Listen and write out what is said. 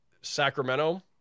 Sacramento